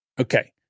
Okay